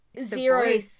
Zero